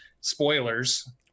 spoilers